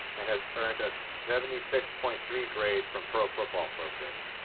and has earned a seventy six point three grade from pro football focus.